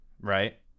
right